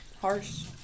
Harsh